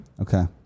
Okay